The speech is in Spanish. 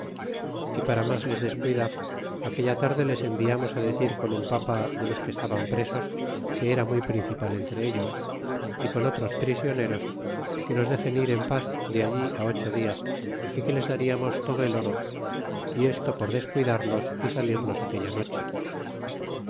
y para mas les descuidar aquella tarde les enviamos decir con un papa de los que estaban presos que era muy principal entre ellos y con otros prisioneros que nos dexen ir en paz de ahí ocho dias y que les dariamos todo el oro y esto por descuidarlos y salirnos aquella noche